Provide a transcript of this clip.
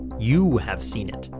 you have seen it.